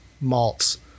malts